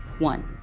one,